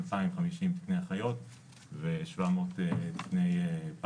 מאתיים חמישים תקני אחיות ושבע מאות תקני ...